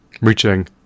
reaching